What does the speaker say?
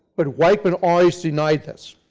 but weichmann always denied this.